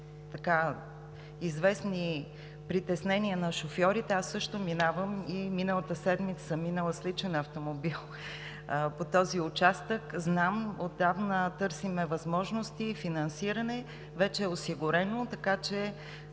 известни притеснения на шофьорите, аз също минавам. Миналата седмица съм минала с личен автомобил по този участък. Знам, отдавна търсим възможности. Финансиране вече е осигурено, така че